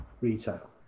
retail